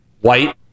white